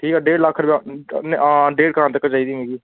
ठीक ऐ डेढ लक्ख रपेआ आं डेढ़ कनाल तक्कर चाहिदी मिगी